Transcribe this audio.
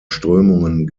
strömungen